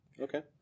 Okay